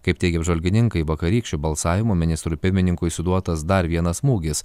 kaip teigia apžvalgininkai vakarykščiu balsavimu ministrui pirmininkui suduotas dar vienas smūgis